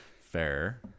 Fair